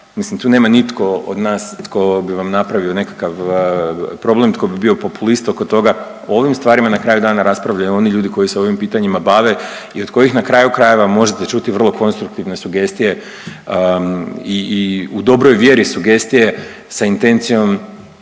Mislim tu nema nitko od nas tko bi vam napravio nekakav problem, tko bi bio populista oko toga. O ovim stvarima na kraju dana raspravljaju oni ljudi koji se ovim pitanjima bave i od kojih na kraju krajeva možete čuti vrlo konstruktivne sugestije i u dobroj vjeri sugestije sa intencijom